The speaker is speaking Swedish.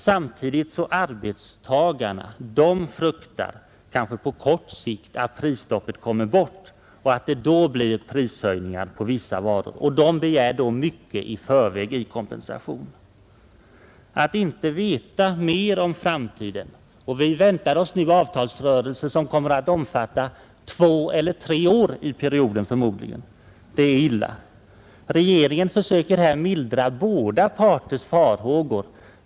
Samtidigt fruktar arbetstagare — kanske på kort sikt — att prisstoppet kommer bort och att det då blir prishöjningar på vissa varor. De begär därför i förväg mycket i kompensation. Att inte veta mer om framtiden — och vi väntar oss nu en avtalsrörelse som förmodligen kommer att omfatta en tvåeller treårsperiod — är illa. Regeringen försöker mildra båda parters farhågor.